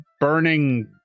burning